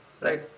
right